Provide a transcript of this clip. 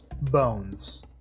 bones